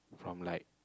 from like